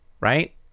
Right